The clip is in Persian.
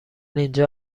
اینجا